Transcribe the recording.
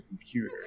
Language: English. computer